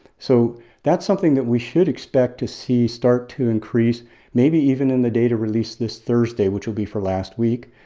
so that's something that we should expect to see start to increase maybe even in the data released this thursday, which will be for last week.